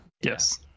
yes